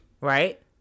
right